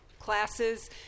classes